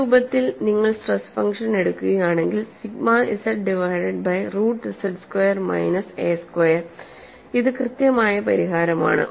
ഈ രൂപത്തിൽ നിങ്ങൾ സ്ട്രെസ് ഫംഗ്ഷൻ എടുക്കുകയാണെങ്കിൽ sigma z divided by root z square minus A square ഇത് കൃത്യമായ പരിഹാരമാണ്